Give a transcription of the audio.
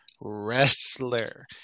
Wrestler